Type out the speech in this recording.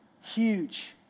huge